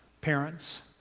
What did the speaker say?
parents